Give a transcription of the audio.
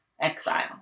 exile